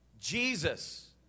Jesus